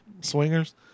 swingers